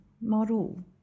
model